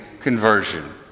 conversion